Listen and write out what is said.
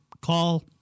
call